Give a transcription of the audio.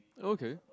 okay